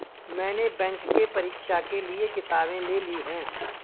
मैने बैंक के परीक्षा के लिऐ किताबें ले ली हैं